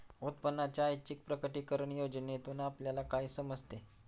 उत्पन्नाच्या ऐच्छिक प्रकटीकरण योजनेतून आपल्याला काय समजते?